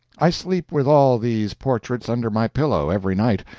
i sleep with all these portraits under my pillow every night,